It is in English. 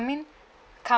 mean can't